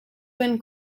been